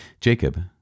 Jacob